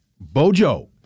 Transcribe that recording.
Bojo